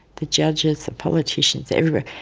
the judges, the politicians, everyone,